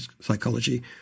Psychology